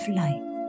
light